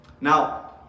Now